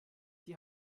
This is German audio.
die